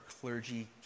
clergy